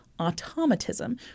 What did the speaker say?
Automatism